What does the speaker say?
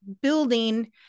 building